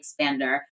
expander